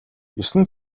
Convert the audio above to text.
есөн